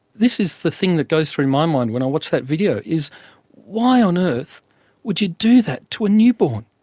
this is the thing that goes through my mind when i watch that video, is why on earth would you do that to a newborn?